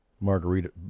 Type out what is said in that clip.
Margarita